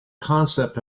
concept